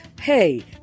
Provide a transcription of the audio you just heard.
hey